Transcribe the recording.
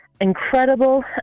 incredible